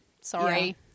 Sorry